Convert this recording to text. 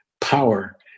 power